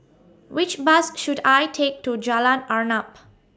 Which Bus should I Take to Jalan Arnap